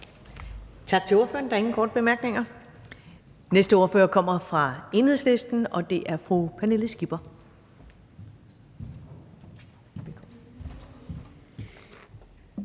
Tak til ordføreren. Der er ingen korte bemærkninger. Den næste ordfører kommer fra Enhedslisten, og det er fru Pernille Skipper.